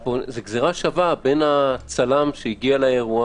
זו גזירה שווה בין הצלם שהגיע לאירוע,